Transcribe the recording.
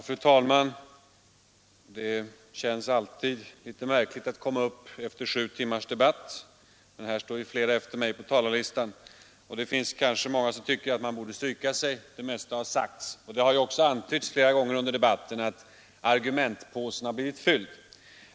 Fru talman! Det känns som alltid litet märkligt att efter sju timmars debatt komma upp i talarstolen. Det står flera talare upptagna efter mig på talarlistan, och det är kanske många som tycker att man borde stryka sig, eftersom det mesta redan har sagts. Det har också flera gånger under debatten antytts att argumentpåsen har blivit fylld.